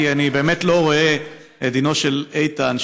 כי אני באמת לא רואה את דינו של איתן,